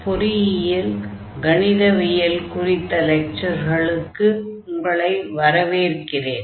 பொறியியல் கணிதவியல் 1 குறித்த லெக்சர்களுக்கு உங்களை வரவேற்கிறேன்